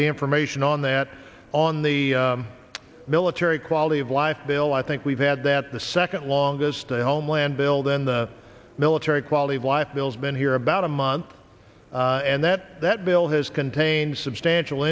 the information on that on the military quality of life bill i think we've had that the second longest and homeland build in the military quality of life bills been here about a month and that that bill has contained substantial